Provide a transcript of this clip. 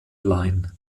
line